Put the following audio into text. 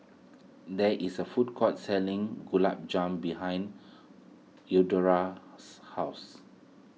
there is a food court selling Gulab Jamun behind Eudora's house